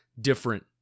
different